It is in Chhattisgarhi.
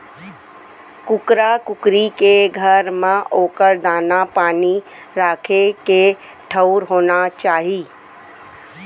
कुकरा कुकरी के घर म ओकर दाना, पानी राखे के ठउर होना चाही